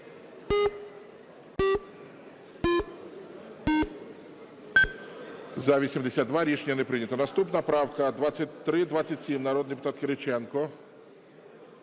За-79 Рішення не прийнято. Наступна правка 2326, народний депутат Німченко.